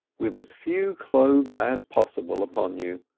with as few clothes as possible upon you.